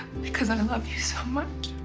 because i love you so much.